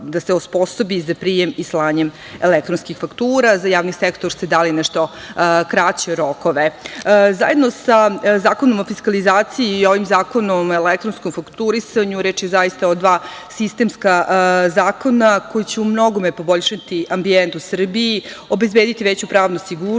da se osposobi za prijem i slanje elektronskih faktura. Za javni sektor ste dali nešto kraće rokove. Zajedno sa Zakonom o fiskalizaciji i ovim Zakonom o elektronskom fakturisanju, reč je o dva sistemska zakona koji će u mnogome poboljšati ambijent u Srbiji, obezbediti veću pravnu sigurnost